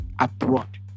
abroad